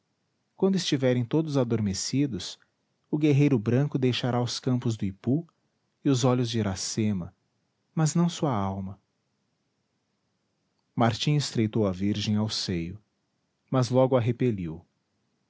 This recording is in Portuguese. quando estiverem todos adormecidos o guerreiro branco deixará os campos do ipu e os olhos de iracema mas não sua alma martim estreitou a virgem ao seio mas logo a repeliu